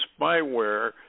spyware